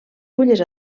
fulles